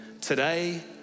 today